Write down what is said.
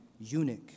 eunuch